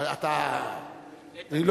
אני מקבל את הדין באהבה.